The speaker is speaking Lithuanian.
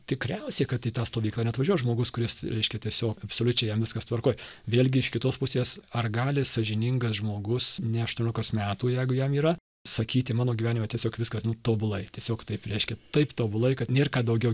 tikriausiai kad į tą stovyklą neatvažiuos žmogus kuris reiškia tiesiog absoliučiai jam viskas tvarkoj vėlgi iš kitos pusės ar gali sąžiningas žmogus ne aštuoniolikos metų jeigu jam yra sakyti mano gyvenime tiesiog viskas tobulai tiesiog taip reiškia taip tobulai kad nėr ką daugiau